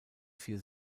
vier